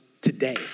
today